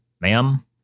Ma'am